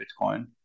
Bitcoin